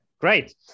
Great